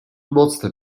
mocne